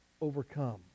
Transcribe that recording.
overcome